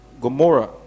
Gomorrah